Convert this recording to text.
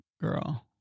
girl